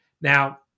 Now